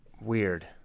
Weird